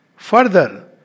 Further